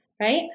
right